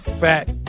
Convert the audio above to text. fat